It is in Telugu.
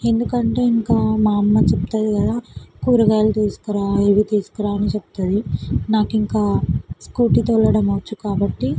ఎందుకంటే ఇంకా మా అమ్మ చెప్తుంది కదా కూరగాయలు తీసుకురా ఇవి తీసుకురా అని చెప్తుంది నాకు ఇంకా స్కూటీ తోలడం వచ్చు కాబట్టి